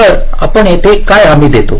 तर आपण येथे काय हमी देता